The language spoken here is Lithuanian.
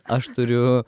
aš turiu